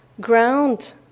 ground